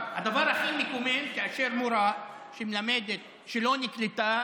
הדבר הכי מקומם, כאשר מורה שלא נקלטה